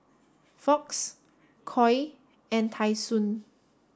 Fox Koi and Tai Sun